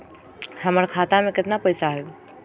हमर खाता में केतना पैसा हई?